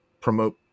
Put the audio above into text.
promote